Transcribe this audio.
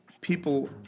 people